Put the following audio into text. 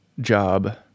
job